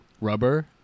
rubber